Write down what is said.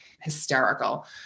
hysterical